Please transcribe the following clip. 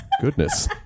goodness